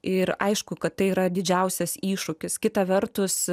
ir aišku kad tai yra didžiausias iššūkis kita vertus